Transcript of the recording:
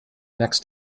next